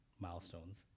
milestones